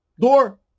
door